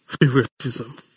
favoritism